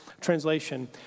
translation